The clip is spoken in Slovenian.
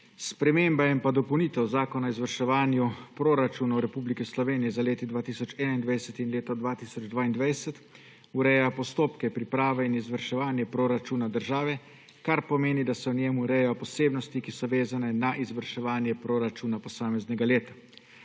Sprememba in pa dopolnitev Zakona o izvrševanju proračunov Republike Slovenije za leti 2021 in 2022 ureja postopke priprave in izvrševanja proračuna države, kar pomeni, da se v njem urejajo posebnosti, ki so vezane na izvrševanje proračuna posameznega leta.